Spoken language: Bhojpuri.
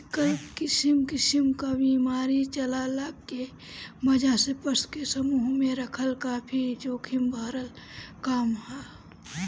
आजकल किसिम किसिम क बीमारी चलला के वजह से पशु के समूह में रखल काफी जोखिम भरल काम ह